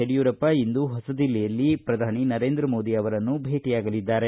ಯಡಿಯೂರಪ್ಪ ಇಂದು ಹೊಸದಿಲ್ಲಿಯಲ್ಲಿ ಪ್ರಧಾನಿ ನರೇಂದ್ರ ಮೋದಿ ಅವರನ್ನು ಭೇಟಿಯಾಗಲಿದ್ದಾರೆ